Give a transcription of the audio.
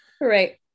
right